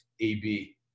AB